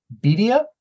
bedia